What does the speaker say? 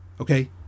Okay